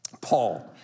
Paul